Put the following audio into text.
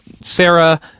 Sarah